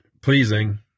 pleasing